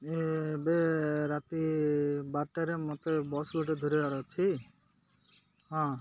ଏ ଏବେ ରାତି ବାରଟାରେ ମତେ ବସ୍ ଗୋଟେ ଧରିବାର ଅଛି ହଁ